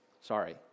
sorry